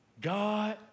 God